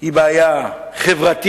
היא הבעיה החברתית